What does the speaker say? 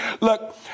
Look